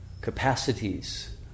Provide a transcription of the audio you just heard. capacities